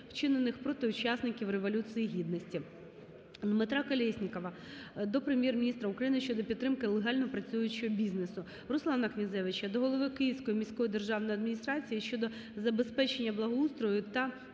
Дмитра Колєснікова до Прем'єр-міністра України щодо підтримки легально працюючого бізнесу. Руслана Князевича до голови Київської міської державної адміністрації щодо забезпечення благоустрою та